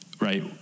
right